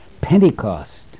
Pentecost